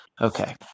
okay